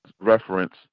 reference